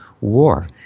War